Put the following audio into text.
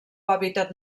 hàbitat